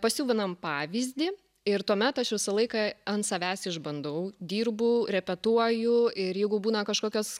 pasiuvinam pavyzdį ir tuomet aš visą laiką ant savęs išbandau dirbu repetuoju ir jeigu būna kažkokios